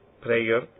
prayer